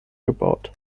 gebaut